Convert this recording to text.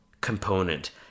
component